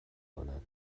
کنند